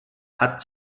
hat